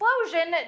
Explosion